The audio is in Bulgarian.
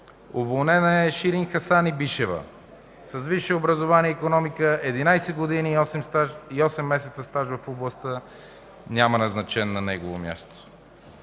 Уволнена е Ширин Хасанбашева с висше образование икономика, 11 години и 8 месеца стаж в областта, няма назначен на нейно място.